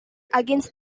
against